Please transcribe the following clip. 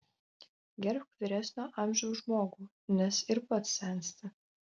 gerbk vyresnio amžiaus žmogų nes ir pats sensti